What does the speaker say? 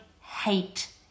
hate